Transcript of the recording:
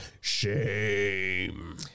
Shame